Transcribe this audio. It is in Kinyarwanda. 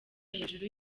hejuru